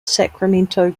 sacramento